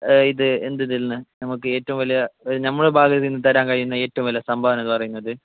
ഇത് എന്ത് ഇതിൽ നിന്ന് നമുക്ക് ഏറ്റവും വലിയ അത് ഞമ്മടെ ഭാഗത്തു നിന്ന് തരാൻ കഴിയുന്ന ഏറ്റവും വലിയ സംഭാവന എന്നു പറയുന്നത്